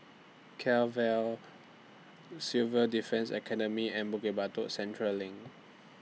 Kent Vale Civil Defence Academy and Bukit Batok Central LINK